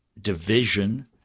division